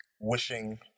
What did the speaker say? wishing